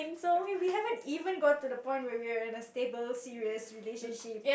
we we haven't even gone to the point where we are in a stable serious relationship